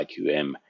IQM